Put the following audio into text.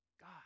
God